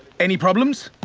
any problems?